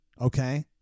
Okay